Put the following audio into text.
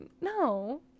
No